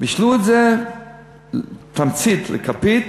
בישלו את זה לתמצית, לכפית,